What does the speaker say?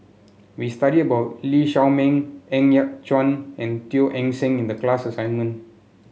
we studied about Lee Shao Meng Ng Yat Chuan and Teo Eng Seng in the class assignment